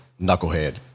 Knucklehead